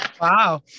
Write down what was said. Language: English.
wow